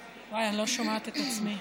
וואי, אני לא שומעת את עצמי.